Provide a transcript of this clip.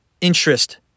interest